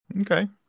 Okay